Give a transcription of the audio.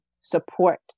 support